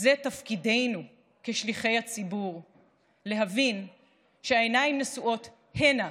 זה תפקידנו כשליחי הציבור להבין שהעיניים נשואות הנה,